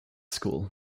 school